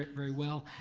but very well.